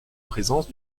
présence